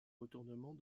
retournement